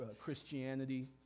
Christianity